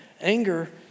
Anger